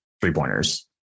three-pointers